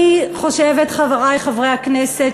חברי חברי הכנסת,